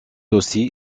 aussi